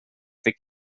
fick